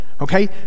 okay